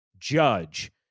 Judge